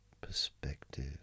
perspective